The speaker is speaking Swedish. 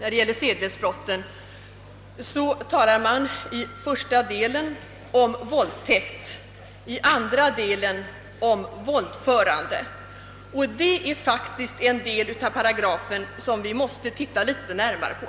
I 1 § talas i första stycket om våldtäkt och i andra om våldförande, och det sistnämnda är faktiskt en del av paragrafen som vi måste se litet närmare på.